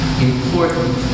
Important